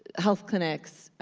health clinics,